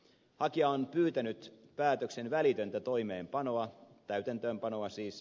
hakija on pyytänyt päätöksen välitöntä täytäntöönpanoa siis